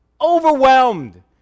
overwhelmed